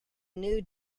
new